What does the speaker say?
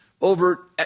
over